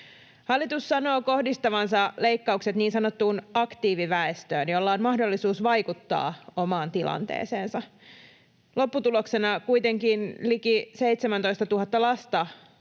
Hallitus sanoo kohdistavansa leikkaukset niin sanottuun aktiiviväestöön, jolla on mahdollisuus vaikuttaa omaan tilanteeseensa. Lopputuloksena kuitenkin liki 17 000 lasta